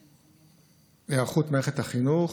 בהיערכות מערכת החינוך,